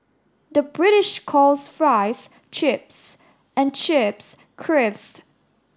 the British calls fries chips and chips crisps